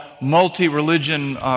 multi-religion